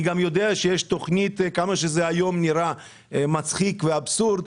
כמה שזה היום נראה מצחיק ואבסורד,